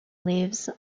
lives